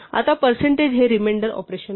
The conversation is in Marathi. आता परसेन्टेज हे रिमेंडर ऑपरेशन आहे